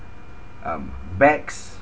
um bags